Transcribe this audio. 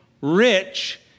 rich